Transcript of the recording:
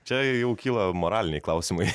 čia jau kyla moraliniai klausimai